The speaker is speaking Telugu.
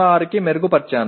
06 కి మెరుగుపర్చాను